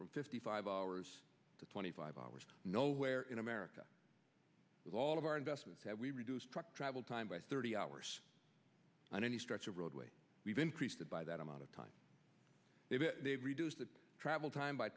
from fifty five hours to twenty five hours nowhere in america with all of our investments have we reduced travel time by thirty hours on any stretch of roadway we've increased that by that amount of time they've reduced the travel time by